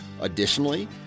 Additionally